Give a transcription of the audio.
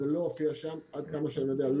זה לא הופיע שם, עד כמה שאני יודע.